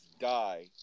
die